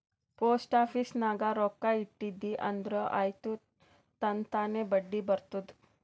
post office ನಾಗ್ ರೊಕ್ಕಾ ಇಟ್ಟಿದಿ ಅಂದುರ್ ಆಯ್ತ್ ತನ್ತಾನೇ ಬಡ್ಡಿ ಬರ್ತುದ್